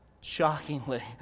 shockingly